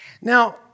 Now